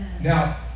Now